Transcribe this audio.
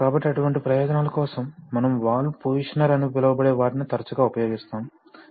కాబట్టి అటువంటి ప్రయోజనాల కోసం మనము వాల్వ్ పొజిషనర్ అని పిలువబడే వాటిని తరచుగా ఉపయోగిస్తాము